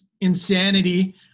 insanity